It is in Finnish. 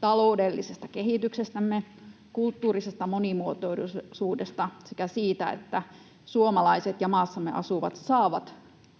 taloudellisesta kehityksestämme, kulttuurisesta monimuotoisuudesta sekä siitä, että suomalaiset ja maassamme asuvat saavat